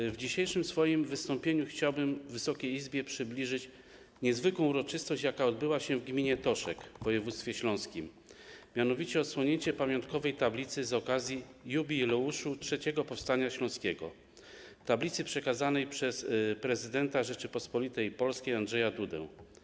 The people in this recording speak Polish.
W swoim dzisiejszym wystąpieniu chciałbym Wysokiej Izbie przybliżyć niezwykłą uroczystość, jaka odbyła się w gminie Toszek w województwie śląskim, mianowicie odsłonięcie pamiątkowej tablicy z okazji jubileuszu trzeciego powstania śląskiego, tablicy przekazanej przez prezydenta Rzeczypospolitej Polskiej Andrzeja Dudę.